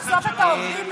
לחשוף את העובדים?